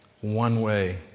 one-way